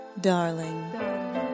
Darling